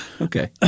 Okay